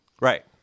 Right